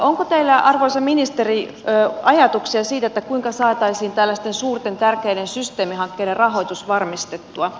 onko teillä arvoisa ministeri ajatuksia siitä kuinka saataisiin tällaisten suurten tärkeiden systeemihankkeiden rahoitus varmistettua